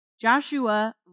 Joshua